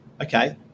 okay